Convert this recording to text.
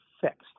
fixed